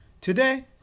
Today